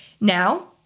Now